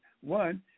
One